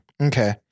Okay